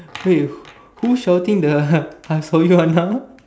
wait who shouting the I saw you Anna